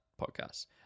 podcasts